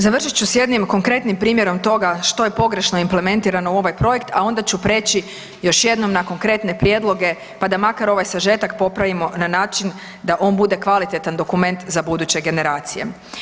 Završit ću s jednim konkretnim primjerom toga što je pogrešno implementirano u ovaj projekt a onda ću preći još jednom na konkretne prijedloge, pa da makar ovaj sažetak popravimo na način da on bude kvalitetan dokument za buduće generacije.